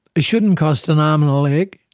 it shouldn't cost an arm and a leg.